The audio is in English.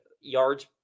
yards